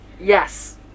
Yes